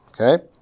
okay